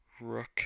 Rook